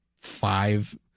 five